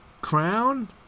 crown